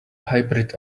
hybrid